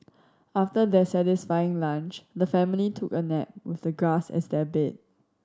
after their satisfying lunch the family took a nap with the grass as their bed